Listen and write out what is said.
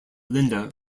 linda